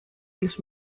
this